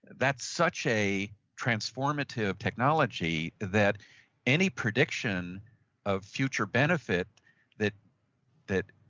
that's such a transformative technology that any prediction of future benefit that that